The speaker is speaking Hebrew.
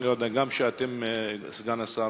סגן השר,